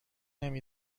نمی